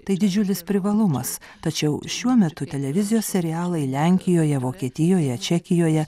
tai didžiulis privalumas tačiau šiuo metu televizijos serialai lenkijoje vokietijoje čekijoje